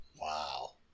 Wow